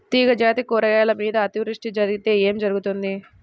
తీగజాతి కూరగాయల మీద అతివృష్టి జరిగితే ఏమి జరుగుతుంది?